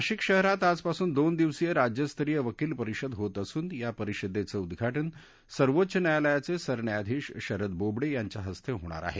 नाशिक शहरात आजपासून दोन दिव्सीय राज्यस्तरीय वकील परिषद होत असून या परिषदेचं उद्घाटन सर्वोच्च न्यायालयाचे सरन्यायाधीश शरद बोबडे यांच्या हस्ते होणार आहे